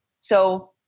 So-